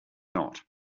not